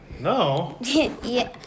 No